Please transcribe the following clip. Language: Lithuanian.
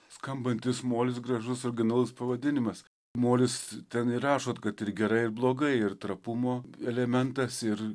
skambantis molis gražus originalus pavadinimas molis ten ir rašot kad ir gerai ir blogai ir trapumo elementas ir